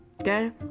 Okay